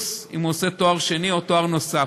אם הוא עושה תואר שני או תואר נוסף,